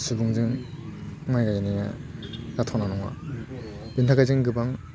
सुबुंजों माइ गायनाया जाथावना नङा बेनि थाखाय जों गोबां